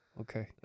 Okay